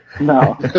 No